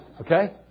Okay